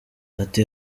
ati